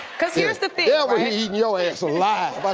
cuz heres the thing you know ass alive.